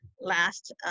last